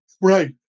right